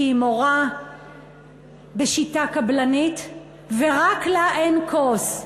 כי היא מורה בשיטה קבלנית, ורק לה אין כוס.